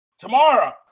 Tomorrow